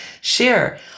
share